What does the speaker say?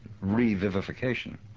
revivification